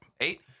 Eight